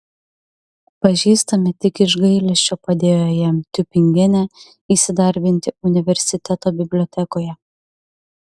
pažįstami tik iš gailesčio padėjo jam tiubingene įsidarbinti universiteto bibliotekoje